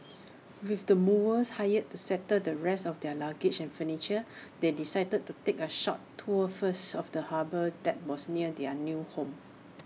with the movers hired to settle the rest of their luggage and furniture they decided to take A short tour first of the harbour that was near their new home